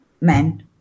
men